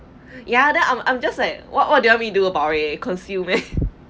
ya then I'm I'm just like what what do you want me do about it